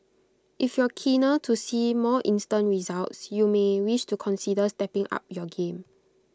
if you're keener to see more instant results you may wish to consider stepping up your game